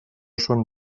són